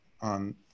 on